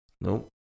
Nope